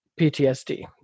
PTSD